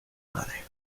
madre